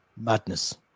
madness